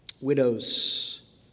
widows